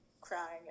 crying